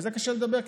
על זה קשה לדבר,